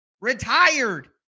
retired